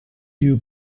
two